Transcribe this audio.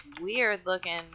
weird-looking